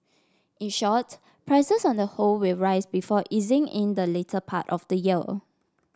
in short prices on the whole will rise before easing in the latter part of the year